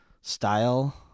style